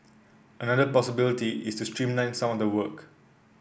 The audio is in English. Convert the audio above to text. another possibility is to streamline some of the work